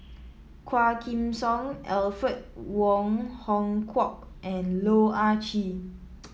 Quah Kim Song Alfred Wong Hong Kwok and Loh Ah Chee